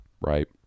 right